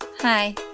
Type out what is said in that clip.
Hi